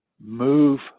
move